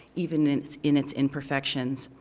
even in its in its imperfections,